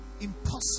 impossible